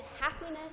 happiness